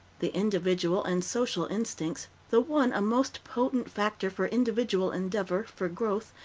the individual and social instincts the one a most potent factor for individual endeavor, for growth,